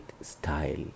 style